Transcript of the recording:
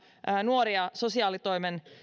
nuoria sosiaalitoimen